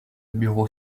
bureau